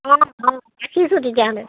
অঁ অঁ ৰাখিছোঁ তেতিয়াহ'লে